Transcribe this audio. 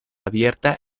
abierta